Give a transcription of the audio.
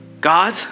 God